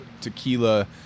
tequila